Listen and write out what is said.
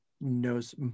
knows